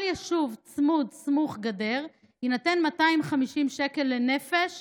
יישוב צמוד גדר או סמוך גדר יינתנו 250 שקל לנפש